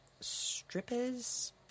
strippers